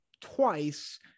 twice